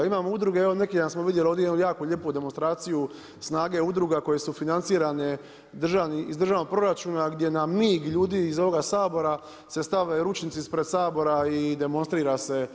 Imamo udruge, evo neki dan smo vidjeli ovdje jednu jako lijepu demonstraciju snage udruga koje su financirane iz državnog proračuna gdje nam … iz ovoga Sabora se stave ručnici ispred Sabora i demonstrira se.